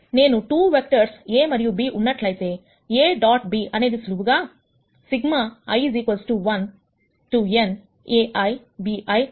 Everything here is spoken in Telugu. నేను 2 వెక్టర్స్ A మరియు B ఉన్నట్లయితేA డాట్ B అనేది సులువుగా సూచిస్తాను